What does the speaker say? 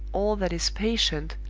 all that is patient,